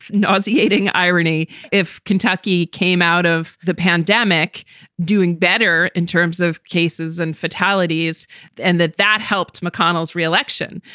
nauseating irony if kentucky came out of the pandemic doing better in terms of cases and fatalities and that that helped mcconnell's re-election,